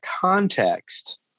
context